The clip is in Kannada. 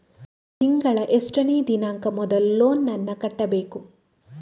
ತಿಂಗಳ ಎಷ್ಟನೇ ದಿನಾಂಕ ಮೊದಲು ಲೋನ್ ನನ್ನ ಕಟ್ಟಬೇಕು?